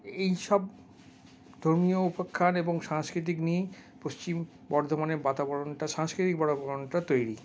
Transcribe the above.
এইসব ধর্মীয় উপাক্ষান এবং সাংস্কৃতিক নিয়েই পশ্চিম বর্ধমানের বাতাবরণটা সাংস্কৃতিক বাতাবরণটা তৈরি